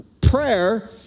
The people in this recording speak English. prayer